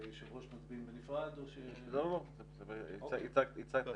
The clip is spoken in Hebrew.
הצבעה בעד,